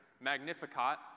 Magnificat